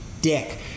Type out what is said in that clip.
Dick